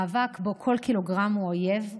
מאבק שבו כל קילוגרם הוא אויב,